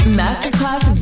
masterclass